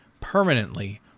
permanently